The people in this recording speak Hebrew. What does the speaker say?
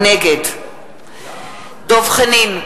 נגד דב חנין